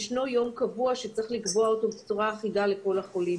ישנו יום קבוע שצריך לקבוע אותו בצורה אחידה לכל החולים.